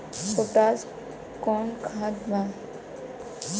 Potash कोउन खाद बा?